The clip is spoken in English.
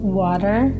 water